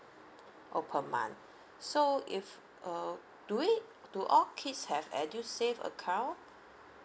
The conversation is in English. oh per month so if uh do we do all kids have edusave account